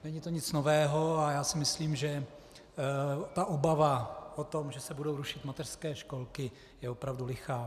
Není to nic nového a já si myslím, že obava o tom, že se budou rušit mateřské školky, je opravdu lichá.